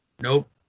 Nope